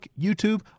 YouTube